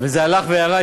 וזה הלך וירד,